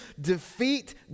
defeat